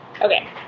Okay